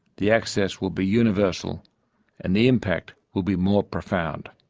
the access will be universal and the impact will be more profound.